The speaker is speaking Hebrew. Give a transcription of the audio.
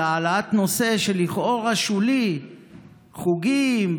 על העלאת נושא לכאורה שולי חוגים,